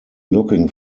looking